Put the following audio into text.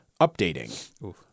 updating